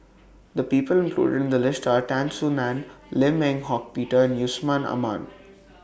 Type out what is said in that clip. The People included in The list Are Tan Soo NAN Lim Eng Hock Peter and Yusman Aman